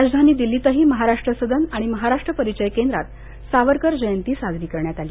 राजधानी दिल्लीतही महाराष्ट्र सदन आणि महाराष्ट्र परिचय केंद्रात सावरकर जयंती साजरी करण्यात आली